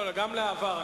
גם לעבר,